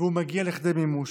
והוא מגיע לכדי מימוש.